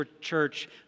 church